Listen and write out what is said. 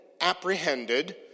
apprehended